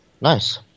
nice